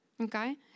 Okay